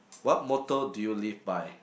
what motto did you live by